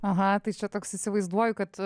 aha tai čia toks įsivaizduoju kad